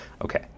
Okay